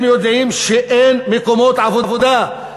הם יודעים שאין מקומות עבודה.